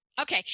Okay